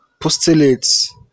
postulates